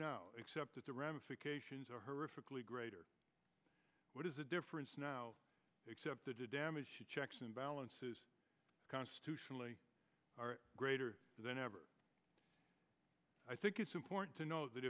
now except that the ramifications are horrifically greater what is the difference now except the damage she checks and balances constitutionally are greater than ever i think it's important to know that